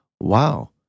wow